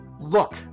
look